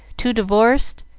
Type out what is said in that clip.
two divorced,